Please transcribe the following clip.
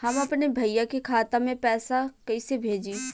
हम अपने भईया के खाता में पैसा कईसे भेजी?